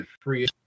free